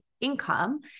income